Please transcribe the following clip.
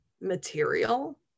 material